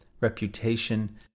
reputation